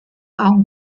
hawn